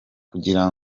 kugira